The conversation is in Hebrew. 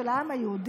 של העם היהודי,